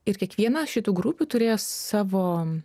ir kiekviena šitų grupių turėjo savo